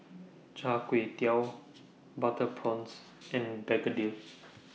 Char Kway Teow Butter Prawns and Begedil